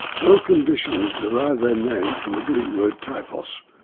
both conditions derive their name from the greek word typhos,